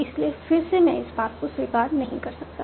इसलिए फिर से मैं इस पाथ को स्वीकार नहीं कर सकता